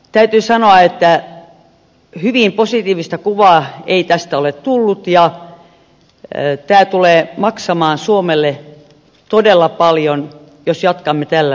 täytyy sanoa että hyvin positiivista kuvaa ei tästä ole tullut ja tämä tulee maksamaan suomelle todella paljon jos jatkamme tällä linjalla